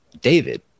david